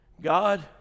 God